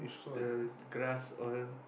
the grass all